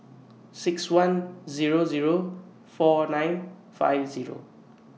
six one Zero Zero four nine five Zero